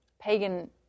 pagan